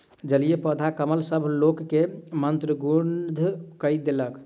जलीय पौधा कमल सभ लोक के मंत्रमुग्ध कय देलक